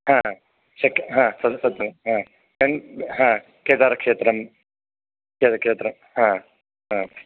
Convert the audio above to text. शक्य् तद् तद् केदारक्षेत्रं